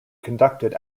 conducted